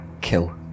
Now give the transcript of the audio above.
kill